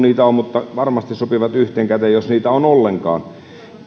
niitä on mutta varmasti sopivat yhteen käteen jos niitä on ollenkaan